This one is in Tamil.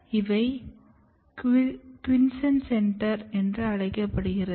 இவை குய்ஸ்ஸ்ண்ட் சென்டர் QC என்று அழைக்கப்படுகிறது